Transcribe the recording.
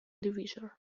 divisor